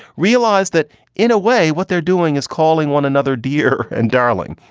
realize that in a way what they're doing is calling one another. dear and darling,